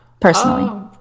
personally